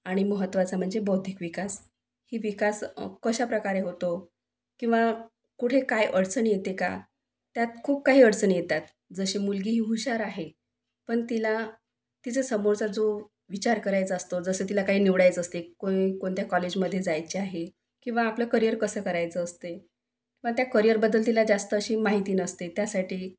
आणि महत्वाचा म्हणजे बौद्धिक विकास ही विकास कशाप्रकारे होतो किंवा कुठे काय अडचणी येते का त्यात खूप काही अडचणी येतात जशी मुलगी ही हुशार आहे पण तिला तिचं समोरचा जो विचार करायचा असतो जसं तिला काही निवडायचं असते कोणी कोणत्या कॉलेजमध्ये जायचे आहे किंवा आपलं करियर कसं करायचं असते मग त्या करियरबद्दल तिला जास्त अशी माहिती नसते त्यासाठी